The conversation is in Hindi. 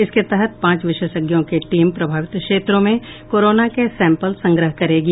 इसके तहत पांच विशेषज्ञों की टीम प्रभावित क्षेत्रों में कोरोना के सैम्पल संग्रह करेगी